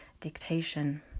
dictation